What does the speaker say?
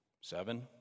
Seven